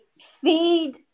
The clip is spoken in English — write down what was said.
feed